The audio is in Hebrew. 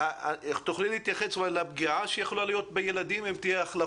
השאלה היא מה המתווה